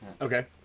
okay